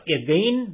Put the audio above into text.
again